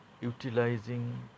utilizing